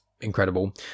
incredible